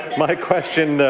my question,